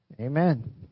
Amen